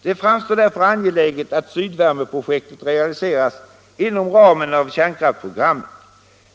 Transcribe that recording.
Det framstår därför som angeläget att sydvärmeprojektet realiseras inom ramen av kärnkraftprogrammet.